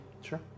Sure